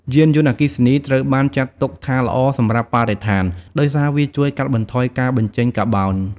យានយន្តអគ្គិសនីត្រូវបានចាត់ទុកថាល្អសម្រាប់បរិស្ថាន ដោយសារវាជួយកាត់បន្ថយការបញ្ចេញកាបូន។